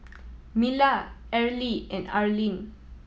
Mila Areli and Arleen